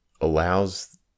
allows